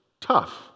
Tough